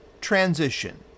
transition